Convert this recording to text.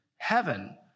Heaven